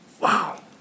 Wow